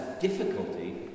difficulty